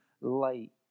light